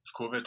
COVID